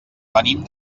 venim